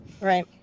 Right